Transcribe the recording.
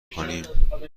کنیم